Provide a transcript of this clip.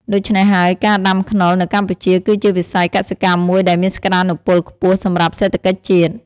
ដូច្នេះហើយ ការដាំខ្នុរនៅកម្ពុជាគឺជាវិស័យកសិកម្មមួយដែលមានសក្តានុពលខ្ពស់សម្រាប់សេដ្ឋកិច្ចជាតិ។